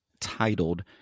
titled